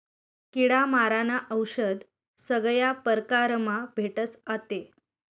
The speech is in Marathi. किडा मारानं औशद सगया परकारमा भेटस आते